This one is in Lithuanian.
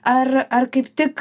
ar ar kaip tik